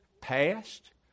Past